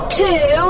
two